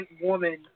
woman